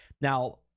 now